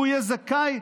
יהיה זכאי,